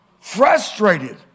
frustrated